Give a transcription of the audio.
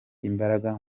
imbaraga